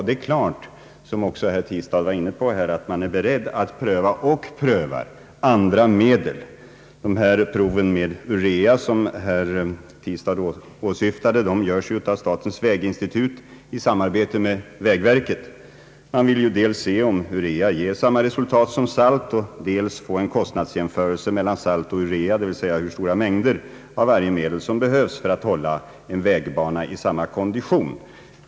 Det är klart att man — som herr Tistad också var inne på — är beredd Ang. saltet på vägarna att pröva andra medel, vilket också sker. Proven med urea, som herr Tistad berörde, görs av statens väginstitut i samarbete med vägverket. Man vill dels se om urea ger samma resultat som salt, dels få en kostnadsjämförelse mellan salt och urea, dvs. uppgift om hur stora mängder av varje medel som behövs för att hålla en vägbana i samma kondition.